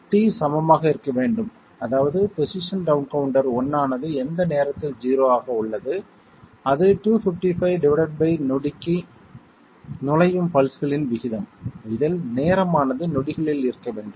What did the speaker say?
t சமமாக இருக்க வேண்டும் அதாவது பொசிஷன் டவுன் கவுண்டர் 1 ஆனது எந்த நேரத்தில் 0 ஆக உள்ளது அது 255 டிவைடெட் பை நொடிக்கு நுழையும் பல்ஸ்களின் விகிதம் இதில் நேரம் ஆனது நொடிகளில் இருக்க வேண்டும்